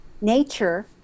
nature